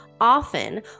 often